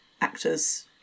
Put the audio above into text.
actors